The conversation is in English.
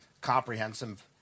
comprehensive